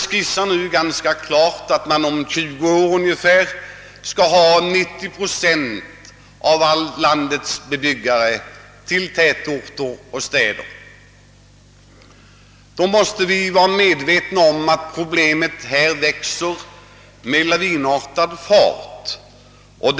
Man har nu ganska klart för sig att 90 procent av landets bebyggare om ungefär 20 år kommer att vara koncentrerade till tätorter och städer. Vi måste alltså vara medvetna om att detta problem växer med lavinartad hastighet.